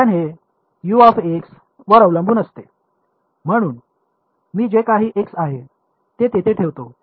कारण हे वर अवलंबून असते म्हणून मी जे काही x आहे ते येथे ठेवतो